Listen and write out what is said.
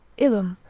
illum,